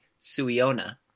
Suiona